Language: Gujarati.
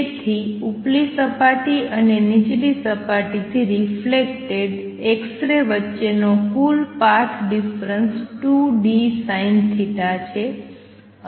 તેથી ઉપલી સપાટી અને નીચલી સપાટીથી રિફલેકટેડ એક્સ રે વચ્ચેનો કુલ પાથ ડિફરન્સ 2dSinθ છે